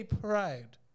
pride